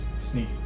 sneak